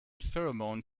pheromone